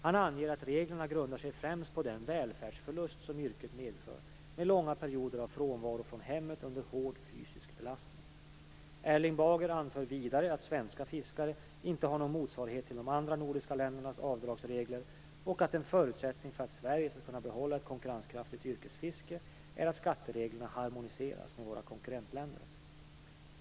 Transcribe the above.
Han anger att reglerna grundar sig främst på den välfärdsförlust som yrket medför med långa perioder av frånvaro från hemmet under hård fysisk belastning. Erling Bager anför vidare att svenska fiskare inte har någon motsvarighet till de andra nordiska ländernas avdragsregler och att en förutsättning för att Sverige skall kunna behålla ett konkurrenskraftigt yrkesfiske är att skattereglerna harmoniseras med våra konkurrentländer.